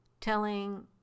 telling